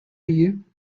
you